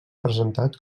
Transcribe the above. presentat